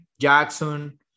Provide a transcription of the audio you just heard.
Jackson